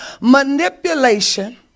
manipulation